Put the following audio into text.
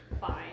Fine